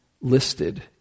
listed